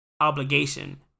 obligation